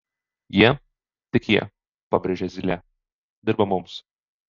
jie tik jie pabrėžė zylė dirba mums